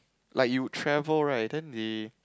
like you travel right then they